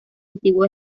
antiguo